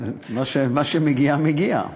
מה שמגיע מגיע.